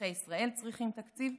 אזרחי ישראל צריכים תקציב,